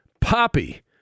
Poppy